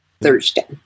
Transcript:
Thursday